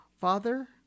Father